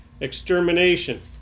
Extermination